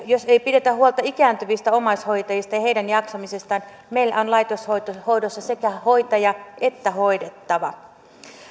jos ei pidetä huolta ikääntyvistä omaishoitajista ja heidän jaksamisestaan meillä on laitoshoidossa sekä hoitaja että hoidettava